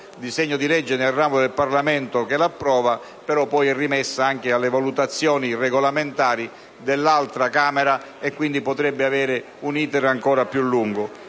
disegno di legge nel ramo del Parlamento che l'approva, però poi è rimessa anche alle valutazioni regolamentari dell'altra Camera e, quindi, potrebbe avere un *iter* ancora più lungo.